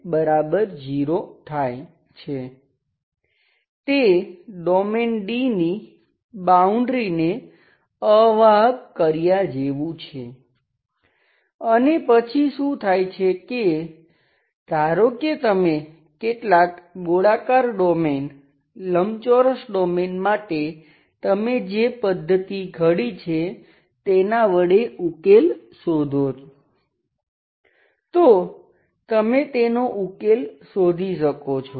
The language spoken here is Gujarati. તે ડોમેઈન D ની બાઉન્ડ્રીને અવાહક માટે તમે જે પદ્ધતિ ઘડી છે તેનાં વડે ઉકેલ શોધો તો તમે તેનો ઉકેલ શોધી શકો છો